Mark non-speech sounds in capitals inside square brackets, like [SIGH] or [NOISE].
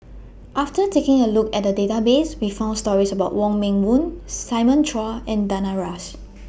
after taking A Look At The Database We found stories about Wong Meng Voon Simon Chua and Danaraj [NOISE]